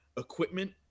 equipment